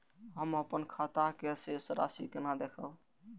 हम अपन खाता के शेष राशि केना देखब?